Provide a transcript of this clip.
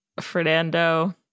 Fernando